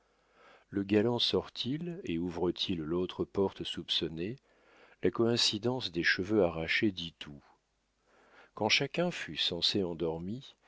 le galant sort-il et ouvre-t-il l'autre porte soupçonnée la coïncidence des cheveux arrachés dit tout quand chacun fut censé endormi